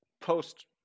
post